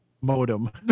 modem